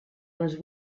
les